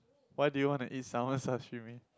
why do you want to eat salmon sashimi